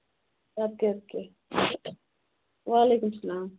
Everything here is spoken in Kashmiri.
اوکے اوکے وعلیکُم اسَلام